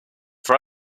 for